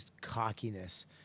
cockiness